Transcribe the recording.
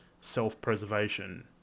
self-preservation